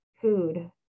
food